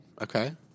Okay